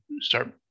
start